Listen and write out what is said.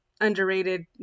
underrated